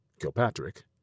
Kilpatrick